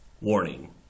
Warning